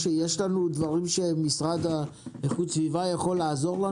משה, יש דברים שהמשרד לאיכות הסביבה יכול לעזור?